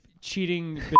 cheating